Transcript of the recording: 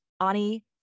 Ani